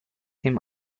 him